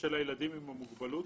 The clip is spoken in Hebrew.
ושל הילדים עם המוגבלות,